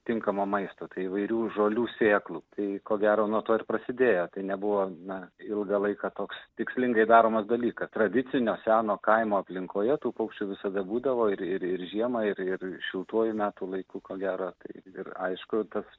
tinkamo maisto tai įvairių žolių sėklų tai ko gero nuo to ir prasidėjo tai nebuvo na ilgą laiką toks tikslingai daromas dalykas tradicinio seno kaimo aplinkoje tų paukščių visada būdavo ir ir ir žiemą ir ir šiltuoju metų laiku ko gero tai ir aišku tas